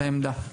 את העמדה.